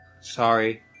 sorry